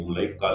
life